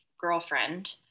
girlfriend